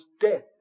death